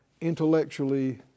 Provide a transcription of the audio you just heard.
intellectually